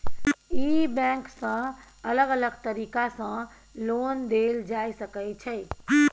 ई bank सँ अलग अलग तरीका सँ लोन देल जाए सकै छै